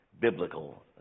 biblical